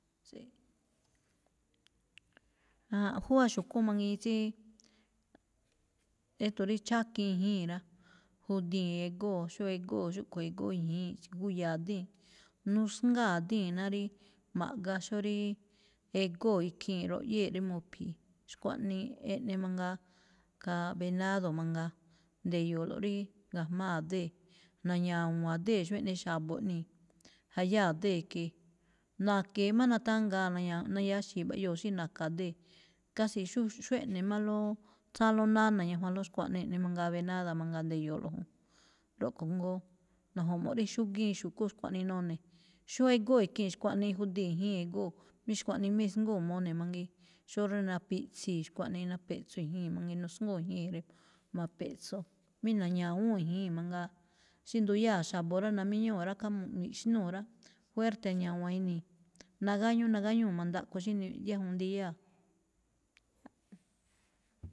jajánꞌ, júwá xu̱kú mangiin tsí, édo̱ rí chákiin i̱jíi̱n rá, judii̱n egóo̱ xóo egóo xúkhue̱ egóó ijíi̱n, tsiguya̱a̱ a̱díi̱n, nusngáa̱ a̱díi̱n ná rí ma̱ꞌga xóo rí egóo ikhii̱n roꞌyée̱ rí mu̱phi̱i̱, xkuaꞌnii eꞌne mangaa khaa venado mangaa, nde̱yo̱o̱lo̱ꞌ rí gajmáa̱ a̱dée̱, na̱ña̱wu̱u̱n a̱dée̱ xóo eꞌne xa̱bo̱ ꞌnii̱, jayáa̱ a̱dée̱ e̱ke̱e̱. Na̱ke̱e̱ má natangaa̱ ma̱ña̱-nayaxi̱i̱ mba̱ꞌyoo̱ xí na̱ka̱ a̱dée̱, casi xú-xóo e̱ꞌnemáló tsáánló nána̱ ñajwanló, xkaꞌnii eꞌne mangaa nenada, nde̱yo̱o̱lo̱ jún. Rúꞌkho̱ jngóo, na̱ju̱mu̱ꞌ rí xúgíin xu̱kú xkuaꞌnii none̱, xóo egóo ikhii̱n, xkuaꞌnii judii̱n i̱jíi̱n egóo, mí xkuaꞌnii má isngúun mone̱ mangiin, xóo rí napiꞌtsii̱, xkuaꞌnii napeꞌtso i̱jíi̱n mangiin, nusngúu̱n i̱jíi̱n rí mapeꞌtso, mí na̱ña̱wúu̱n i̱jíi̱n mangaa. Xí nduyáa̱ xa̱bo̱ rá, namíñúu̱ rákhá mi̱ꞌxnúu̱ rá, júerte̱ ñawa̱n ini̱i̱, nagáñúu̱, nagáñúu̱ ma̱ndaꞌkho xí diájuun ndiyáa̱.